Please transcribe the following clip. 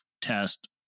test